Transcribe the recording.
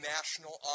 National